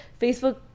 Facebook